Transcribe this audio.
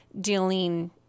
dealing